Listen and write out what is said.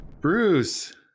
Bruce